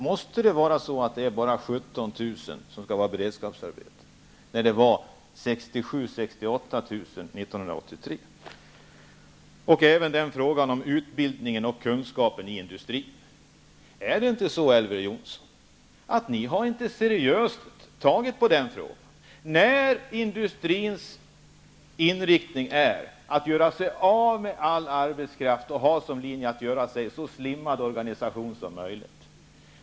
Måste det vara så att det bara finns 17 000 beredskapsarbeten, när det var 67 000-- 68 000 år 1983? Så till frågan om utbildning och kunskap i industrin. Är det inte så, Elver Jonsson, att ni inte har tagit riktigt seriöst på den frågan? Industrins inriktning är att göra sig av med all arbetskraft och att göra organisationen så slimmad som möjligt.